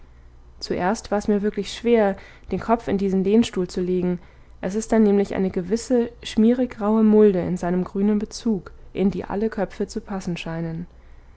zuerst war es mir wirklich schwer den kopf in diesen lehnstuhl zu legen es ist da nämlich eine gewisse schmierig graue mulde in seinem grünen bezug in die alle köpfe zu passen scheinen